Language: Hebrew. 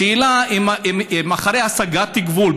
השאלה: אחרי הסגת גבול,